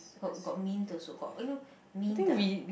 got got mint also got you know mint ah